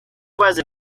weather